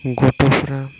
गथ'फोरा